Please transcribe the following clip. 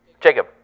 Jacob